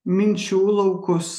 minčių laukus